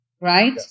Right